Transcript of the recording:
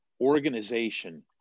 organization